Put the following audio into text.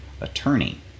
attorney